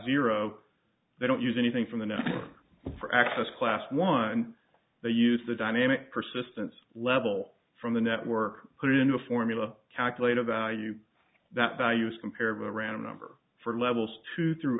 zero they don't use anything from the net for access class one they use the dynamic persistence level from the network put into a formula calculate a value that values compare of a random number for levels two through